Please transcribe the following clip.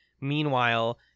Meanwhile